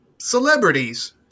celebrities